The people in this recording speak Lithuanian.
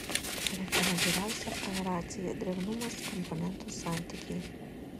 parenkama geriausia aeracija drėgnumas komponentų santykiai